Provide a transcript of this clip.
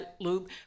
lube